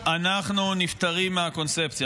איך אנחנו נפטרים מהקונספציה.